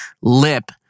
lip